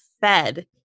fed